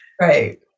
Right